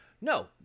No